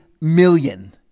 million